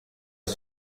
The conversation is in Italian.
che